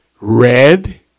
Red